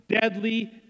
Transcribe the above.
deadly